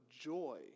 joy